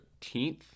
13th